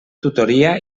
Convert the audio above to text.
tutoria